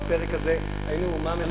בפרק הזה היינו אומה מפוארת,